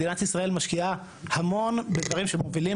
מדינת ישראל משקיעה המון בדברים שמובילים